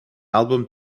album